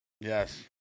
Yes